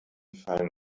fallen